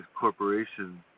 corporations